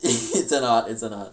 it's an art it's an art